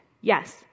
Yes